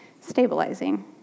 Stabilizing